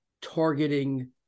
targeting